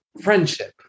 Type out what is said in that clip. friendship